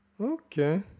Okay